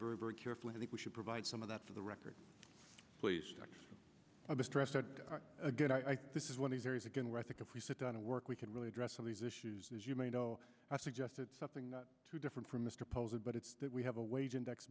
very very carefully i think we should provide some of that for the record please of the stress that this is when these areas again where i think if we sit down to work we can really address on these issues as you may know i suggested something not too different from mr posen but it's that we have a wage index